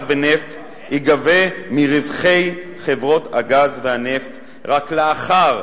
ונפט ייגבה מרווחי חברות הגז והנפט רק לאחר,